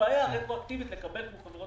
מצב חירום